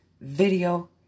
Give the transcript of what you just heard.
video